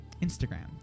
Instagram